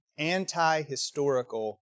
anti-historical